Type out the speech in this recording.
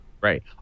Right